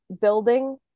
building